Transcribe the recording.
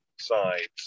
sides